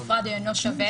שנפרד הוא אינו שווה.